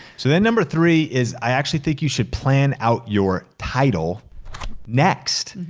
so then number three is i actually think you should plan out your title next.